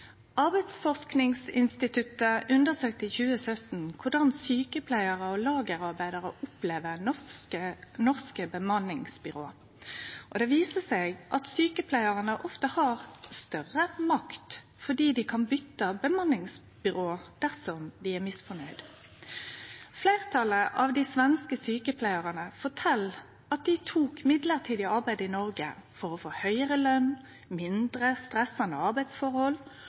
Arbeidsforskingsinstituttet undersøkte i 2017 korleis sjukepleiarar og lagerarbeidarar opplevde norske bemanningsbyrå. Det viste seg at sjukepleiarane ofte har større makt fordi dei kan bytte bemanningsbyrå dersom dei er misfornøgde. Fleirtalet av dei svenske sjukepleiarane fortalde at dei tok mellombels arbeid i Noreg for å få høgare lønn, mindre stressande arbeidsforhold